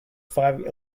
five